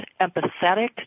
empathetic